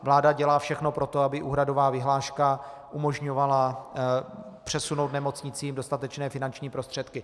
Vláda dělá všechno pro to, aby úhradová vyhláška umožňovala přesunout nemocnicím dostatečné finanční prostředky.